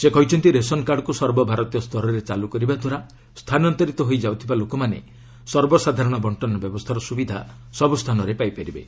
ସେ କହିଛନ୍ତି ରେସନ୍ କାର୍ଡ୍କୁ ସର୍ବଭାରତୀୟ ସ୍ତରରେ ଚାଲୁ କରିବା ଦ୍ୱାରା ସ୍ଥାନାନ୍ତରିତ ହୋଇଯାଉଥିବା ଲୋକମାନେ ସର୍ବସାଧାରଣ ବଣ୍ଟନ ବ୍ୟବସ୍ଥାର ସୁବିଧା ସବୁ ସ୍ଥାନରେ ପାଇପାରିବେ